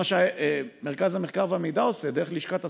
מה שמרכז המחקר והמידע עושה דרך לשכת השר,